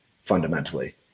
fundamentally